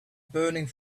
burning